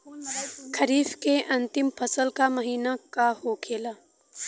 खरीफ के अंतिम फसल का महीना का होखेला?